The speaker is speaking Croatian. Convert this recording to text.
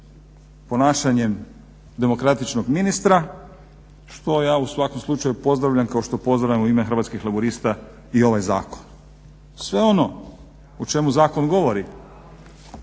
ponašanjem demokratičnog ministra, što ja u svakom slučaju pozdravljam kao što pozdravljam u ime Hrvatskih laburista i ovaj zakon. Sve ono o čemu zakon govori,